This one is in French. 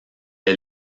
est